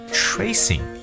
tracing